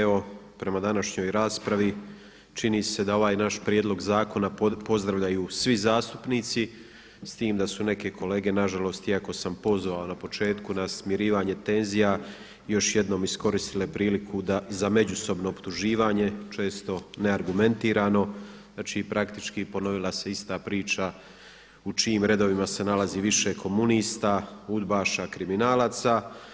Evo prema današnjoj raspravi čini se da ovaj naš prijedlog zakona pozdravljaju svi zastupnici, s tim da su neke kolege nažalost iako sam pozvao na početku na smirivanje tenzija, još jednom iskoristile priliku za međusobno optuživanje, često neargumentirano, znači praktički ponovila se ista priča u čijim redovima se nalazi više komunista, udbaša, kriminalaca.